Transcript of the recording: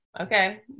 okay